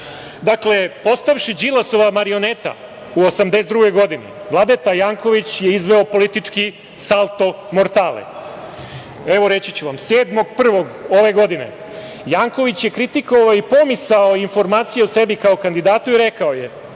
istina. Dakle, postaviš Đilasova marioneta u 82 godini, Vladeta Janković je izveo politički salto mortale. Evo, reći ću vam. Dakle, 7. januara 2022. godine, Janković je kritikovao i pomisao informacija o sebi, kao kandidatu i rekao je,